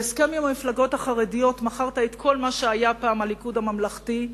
בהסכם עם המפלגות החרדיות מכרת את כל מה שהיה פעם הליכוד הממלכתי,